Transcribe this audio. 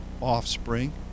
offspring